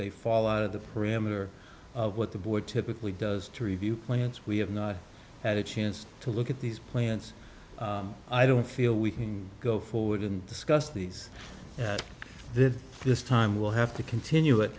they fall out of the perimeter of what the board typically does to review plants we have not had a chance to look at these plants i don't feel we can go forward and discuss these that this time will have to continue it